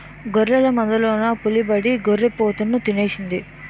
గొర్రెల మందలోన పులిబడి గొర్రి పోతుని తినేసింది